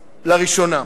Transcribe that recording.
לראשונה,